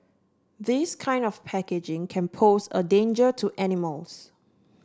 this kind of packaging can pose a danger to animals